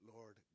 Lord